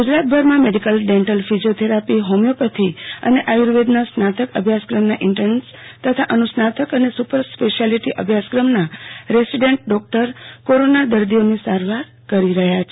ગુજરાતભરમાં medical dental physiotherapy homeopathy અને આર્યુવેદના સ્નાતક અભ્યાસક્રમના ઈન્ટરસ તથા અનુસ્નાતક અને સૂપર સ્પેશ્યાલીસ્ટો અભ્યાસ કમના રેસિડન્ટ ડોકટર કોરોના દર્દીઓની સારવાર કરી રહયા છે